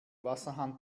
wasserhahn